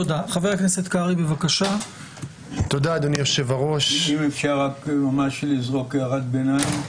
אם אפשר הערת ביניים.